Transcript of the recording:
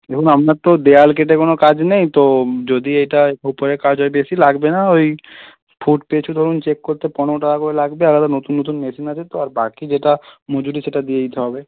দেখুন আপনার তো দেওয়াল কেটে কোনো কাজ নেই তো যদি এটায় উপরে কাজ হয় বেশি লাগবে না ওই ফুট পিছু ধরুন চেক করতে পনেরো টাকা করে লাগবে আলাদা নতুন নতুন মেশিন আছে তো আর বাকি যেটা মজুরি যেটা সেটা দিয়ে দিতে হবে